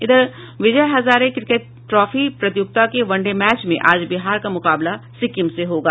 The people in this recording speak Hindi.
इधर विजय हजारे क्रिकेट ट्रॉफी प्रतियोगिता के वन डे मैच में आज बिहार का मुकाबला सिक्किम से होगा